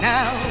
Now